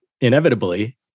inevitably